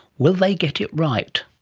will they get it right?